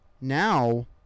now